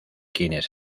quienes